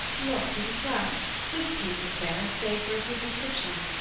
look, it is well this piece is bare save for a superscription.